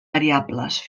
variables